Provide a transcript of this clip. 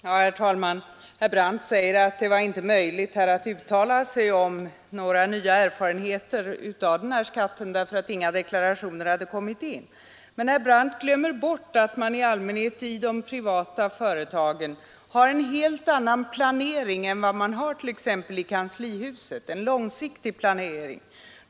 Herr talman! Herr Brandt sade att det inte var möjligt att uttala sig om några nya erfarenheter av skatten, eftersom inga deklarationer hade kommit in. Men herr Brandt glömmer bort att man i de privata företagen i allmänhet har en helt annan långsiktig planering än den man har i kanslihuset.